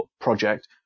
project